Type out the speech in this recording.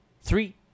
Three